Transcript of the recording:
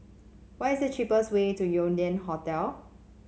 what is the cheapest way to Yew Lian Hotel